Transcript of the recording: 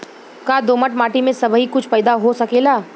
का दोमट माटी में सबही कुछ पैदा हो सकेला?